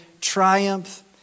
triumph